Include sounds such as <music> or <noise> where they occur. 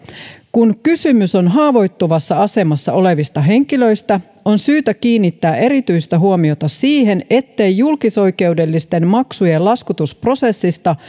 kun kysymys on haavoittuvassa asemassa olevista henkilöistä on syytä kiinnittää erityistä huomiota siihen ettei julkisoikeudellisten maksujen laskutusprosessista <unintelligible>